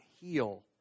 heal